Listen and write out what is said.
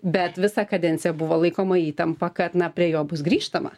bet visą kadenciją buvo laikoma įtampa kad na prie jo bus grįžtama